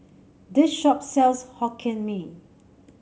this shop sells Hokkien Mee